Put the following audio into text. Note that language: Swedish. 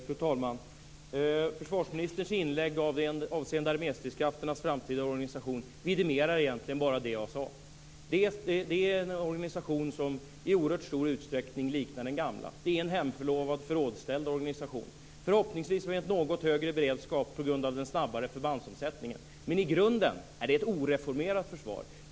Fru talman! Försvarsministerns inlägg avseende arméstridskrafternas framtida organisation vidimerar egentligen bara det jag sade. Det är en organisation som i oerhört stor utsträckning liknar den gamla. Det är en hemförlovad förrådsställd organisation, förhoppningsvis med en något högre beredskap på grund av den snabbare förbandsomsättningen. Men i grunden är det ett oreformerat försvar.